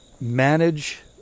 manage